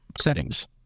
Settings